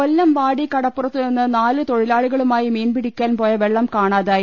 കൊല്ലം വാടി കടപ്പുറത്തുനിന്ന് നാലു തൊഴിലാളികളുമായി മീൻപിടിക്കാൻ പോയ വളളം കാണാതായി